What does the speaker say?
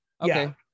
Okay